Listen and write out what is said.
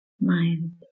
mind